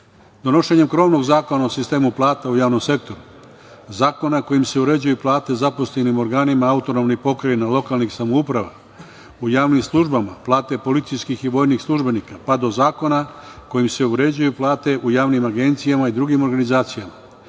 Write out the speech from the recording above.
razreda. Donošenjem krovnog zakona u sistemu plata u javnom sektoru, zakona kojim se uređuju plate zaposlenim u organima AP, lokalnih samouprava, u javnim službama, plate policijskih i vojnih službenika, pa do zakona kojim se uređuju plate u javnim agencijama i drugim organizacijama